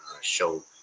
show